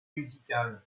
musical